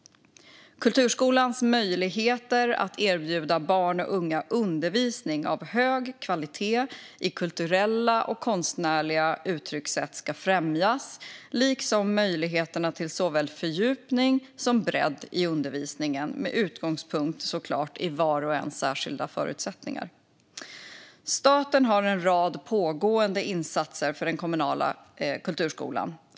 Kulturskolans möjligheter att erbjuda barn och unga undervisning av hög kvalitet i kulturella och konstnärliga uttryckssätt ska främjas, liksom möjligheterna till såväl fördjupning som bredd i undervisningen - såklart med utgångspunkt i vars och ens särskilda förutsättningar. Staten har en rad pågående insatser för den kommunala kulturskolan.